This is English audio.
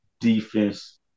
defense